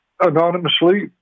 anonymously